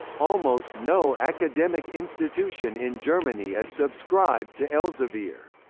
almost no academic institution in germany is subscribed to elsevier.